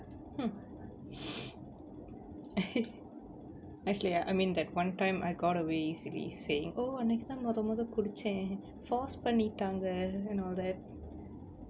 actually I mean that one time I got away easily saying oh அன்னைக்கு தா முத முத குடுச்சேன்:annaikku tha mudha mudha kuduchen force பண்ணிட்டாங்க:pannittaanga and all that